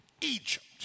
Egypt